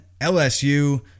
LSU